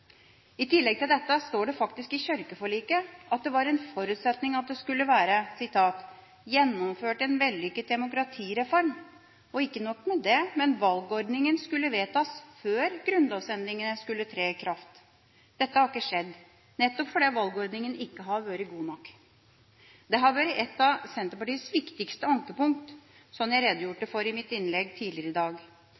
I tillegg til dette står det i kirkeforliket at det er en forutsetning at det skal «gjennomføres en demokratireform». Ikke nok med det, men valgordningen skulle vedtas før grunnlovsendringene skulle tre i kraft. Dette har ikke skjedd – nettopp fordi valgordningen ikke har vært god nok. Dette har vært et av Senterpartiets viktigste ankepunkt, slik jeg redegjorde